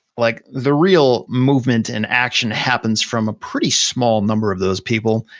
like the real movement and action happens from a pretty small number of those people.